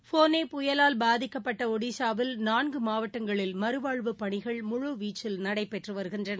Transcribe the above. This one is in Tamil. ஃபோனி புயலால் பாதிக்கப்பட்ட ஒடிஸாவில் நான்கு மாவட்டங்களில் மறுவாழ்வுப் பணிகள் முழுவீச்சில் நடைபெற்று வருகின்றன